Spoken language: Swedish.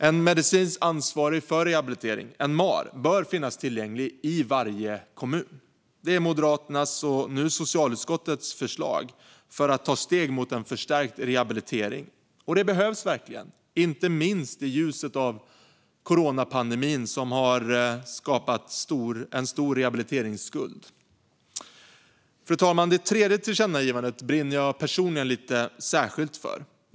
En medicinsk ansvarig för rehabilitering, en MAR, bör finnas tillgänglig i varje kommun. Det är Moderaternas och nu socialutskottets förslag för att ta steg mot en förstärkt rehabilitering. Och det behövs verkligen, inte minst i ljuset av coronapandemin, som har skapat en stor rehabiliteringsskuld. Fru talman! Det tredje tillkännagivandet brinner jag personligen lite särskilt för.